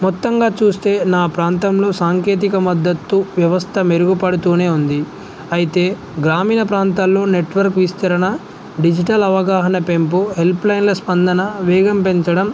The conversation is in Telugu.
మొత్తంగా చూస్తే నా ప్రాంతంలో సాంకేతిక మద్దతు వ్యవస్థ మెరుగుపడుతూనే ఉంది అయితే గ్రామీణ ప్రాంతాల్లో నెట్వర్క్ విస్తరణ డిజిటల్ అవగాహన పెంపు హెల్ప్ లైన్ల స్పందన వేగం పెంచడం